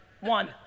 One